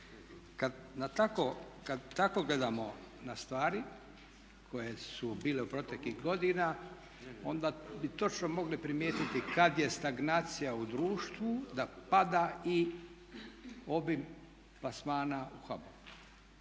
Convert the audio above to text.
Kad tako gledamo na stvari koje su bile u proteklih godina, onda bi točno mogli primijetiti kad je stagnacija u društvu da pada i obim plasmana u HBOR-u.